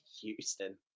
Houston